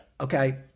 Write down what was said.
Okay